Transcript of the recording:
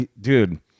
Dude